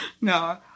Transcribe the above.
No